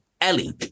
Ellie